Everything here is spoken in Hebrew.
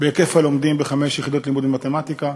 בהיקף הלומדים חמש יחידות לימוד במתמטיקה.